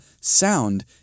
sound